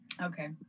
Okay